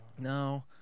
No